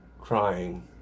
crying